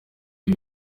ibi